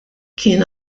kien